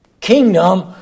kingdom